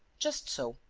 just so.